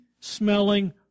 smelling